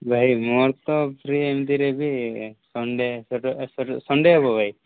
ଭାଇ ମୋର ତ ଫ୍ରି ଏମତିରେ ବି ସନ୍ଡେ ସନ୍ଡେ ହେବ ଭାଇ